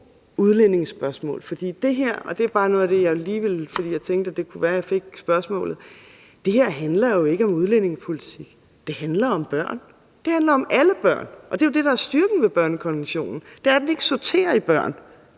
– handler jo ikke om udlændingepolitik, det handler om børn. Det handler om alle børn, og det er jo det, der er styrken ved børnekonventionen, nemlig at den ikke sorterer i børn.